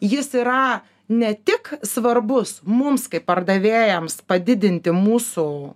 jis yra ne tik svarbus mums kaip pardavėjams padidinti mūsų